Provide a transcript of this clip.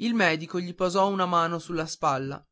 il medico gli posò una mano sulla spalla